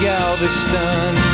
Galveston